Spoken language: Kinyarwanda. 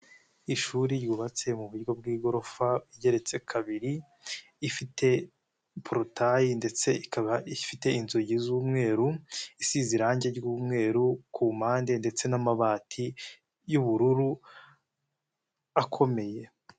Ishuri ryubatse mu buryo bw'igorofa igereretse kabiri, ifite porotayi ndetse ikaba ifite inzugi z'umweru isize irangi ry'umweru ku mpande ndetse n'amabati y'ubururu akomeye.